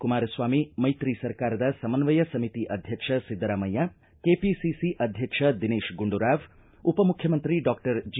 ಕುಮಾರಸ್ವಾಮಿ ಮೈತ್ರಿ ಸರ್ಕಾರದ ಸಮನ್ವಯ ಸಮಿತಿ ಅಧ್ಯಕ್ಷ ಸಿದ್ದರಾಮಯ್ಯ ಕೆಪಿಸಿಸಿ ಅಧ್ಯಕ್ಷ ದಿನೇತ್ ಗುಂಡೂರಾವ್ ಉಪಮುಖ್ಯಮಂತ್ರಿ ಡಾಕ್ಟರ್ ಜಿ